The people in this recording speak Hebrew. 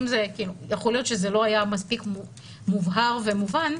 יכול להיות שזה לא היה מספיק מובהר ומובן,